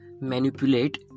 manipulate